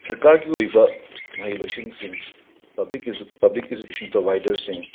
ꯁꯔꯀꯥꯔꯒꯤ ꯑꯣꯏꯕ ꯃꯍꯩ ꯂꯣꯏꯁꯪꯁꯤꯡ ꯄꯕ꯭ꯂꯤꯛ ꯑꯦꯖꯨ ꯑꯦꯖꯨꯀꯦꯁꯟ ꯄ꯭ꯔꯣꯕꯥꯏꯗꯔꯁꯤꯡ